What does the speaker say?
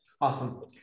Awesome